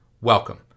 welcome